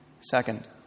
Second